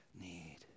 need